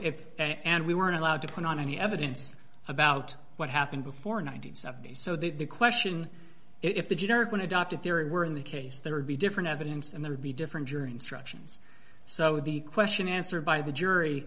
if and we weren't allowed to put on any evidence about what happened before nine hundred and seventy so that the question if the generic when a doctor theory were in the case there would be different evidence and there would be different journey instructions so the question answered by the jury